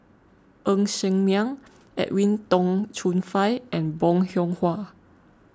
Ng Ser Miang Edwin Tong Chun Fai and Bong Hiong Hwa